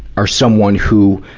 are someone who,